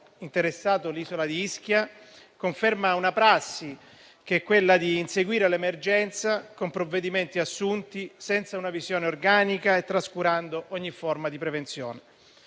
interessato l'isola di Ischia, conferma una prassi: quella di inseguire l'emergenza con provvedimenti assunti senza una visione organica e trascurando ogni forma di prevenzione.